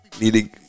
needing